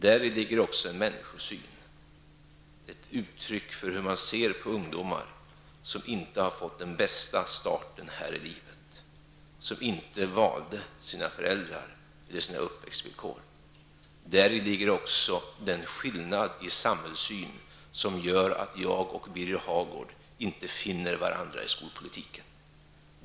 Däri ligger också en människosyn, ett uttryck för hur man ser på ungdomar som inte har fått den bästa starten här i livet och som inte valde sina föräldrar eller sina uppväxtvillkor. Däri ligger också den skillnad i samhällssyn som gör att jag och Birger Hagård inte finner varandra i skolpolitiken.